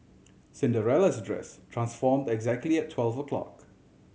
Cinderella's dress transformed exactly twelve o'clock